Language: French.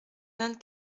vingt